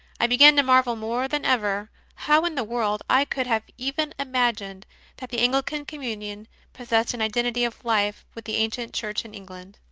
i began to marvel more than ever how in the world i could have even imagined that the anglican communion possessed an identity of life with the ancient church in england.